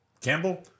Campbell